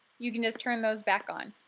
you can just turn those back on.